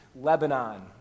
Lebanon